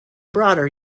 broader